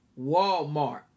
Walmart